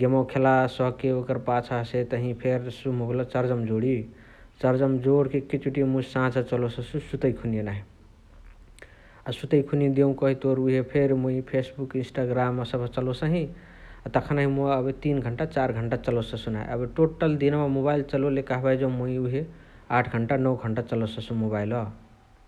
गेमवा खेला सके ओकर पाछ हसे तही फेरी मोबेलेवा देससु चार्जामआ जोणी । चार्जामआ जोणके एकेचोटी मुइ साझा चलोससु सुतइखुनिय नाही । अ सुतइखुनिय देउकही तोर उहे फेरी मुइ उहे फेसबूक इन्स्टग्राम सबह चलोसही अ तखनही मुइ एबे तीन घण्टा चार घण्टा चलोससु नाही । एबे टोटल दिनवा मोबाइल चलोले कहाँबाही जौ मुइ उहे आठ घण्टा नौ घण्टा चलोससु मोबाइल ।